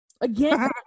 again